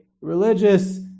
religious